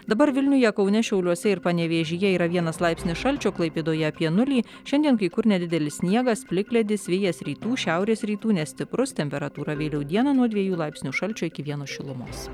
dabar vilniuje kaune šiauliuose ir panevėžyje yra vienas laipsnis šalčio klaipėdoje apie nulį šiandien kai kur nedidelis sniegas plikledis vėjas rytų šiaurės rytų nestiprus temperatūra vėliau dieną nuo dviejų laipsnių šalčio iki vieno šilumos